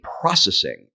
processing